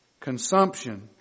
consumption